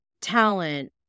talent